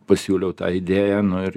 pasiūliau tą idėją nu ir